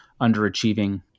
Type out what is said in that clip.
underachieving